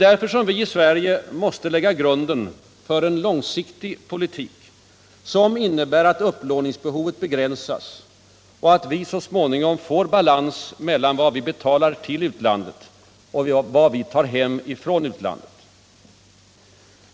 Därför måste vi i Sverige lägga grunden för en långsiktig politik, som innebär att upplåningsbehovet begränsas och att vi småningom får balans mellan vad vi betalar till utlandet och vad vi tar hem från utlandet.